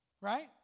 right